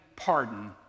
pardon